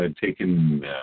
taken